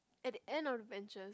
at the end of benches